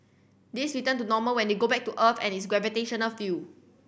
this return to normal when they go back to earth and its gravitational field